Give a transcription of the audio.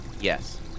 Yes